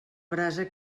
brasa